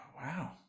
Wow